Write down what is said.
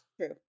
True